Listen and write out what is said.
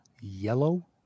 yellow